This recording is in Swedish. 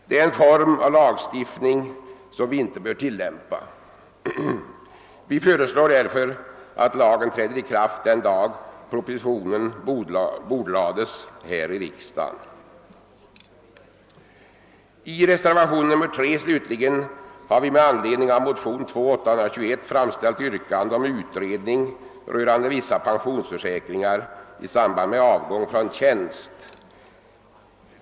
Det är en form av lagstiftning som vi inte bör tillgripa. Vi föreslår därför att lagen skall träda i kraft fr.o.m. den dag propositionen bordlades här i riksdagen. I reservation 3 har vi slutligen med anledning av motionen II:821 framställt yrkande om utredning rörande vissa pensionsförsäkringar i samband med avgång från tjänst.